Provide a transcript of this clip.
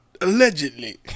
Allegedly